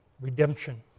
redemption